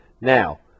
Now